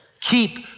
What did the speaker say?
Keep